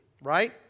right